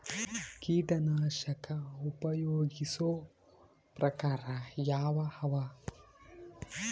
ಕೀಟನಾಶಕ ಉಪಯೋಗಿಸೊ ಪ್ರಕಾರ ಯಾವ ಅವ?